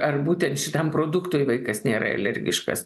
ar būtent šitam produktui vaikas nėra alergiškas